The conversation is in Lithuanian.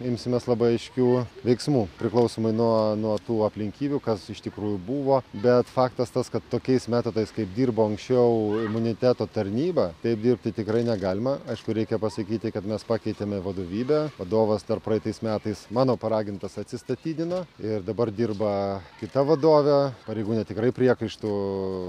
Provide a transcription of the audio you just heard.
imsimės labai aiškių veiksmų priklausomai nuo nuo tų aplinkybių kas iš tikrųjų buvo bet faktas tas kad tokiais metodais kaip dirbo anksčiau imuniteto tarnyba taip dirbti tikrai negalima aišku reikia pasakyti kad mes pakeitėme vadovybę vadovas dar praeitais metais mano paragintas atsistatydino ir dabar dirba kita vadovė pareigūnė tikrai priekaištų